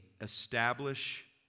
establish